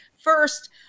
First